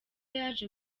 yaje